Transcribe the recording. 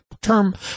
term